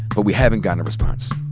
but we haven't gotten a response.